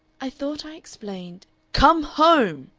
i thought i explained come home!